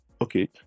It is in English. okay